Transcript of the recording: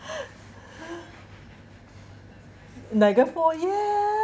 niagara fall yeah